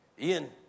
Ian